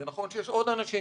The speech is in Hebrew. זה נכון שיש עוד אנשים,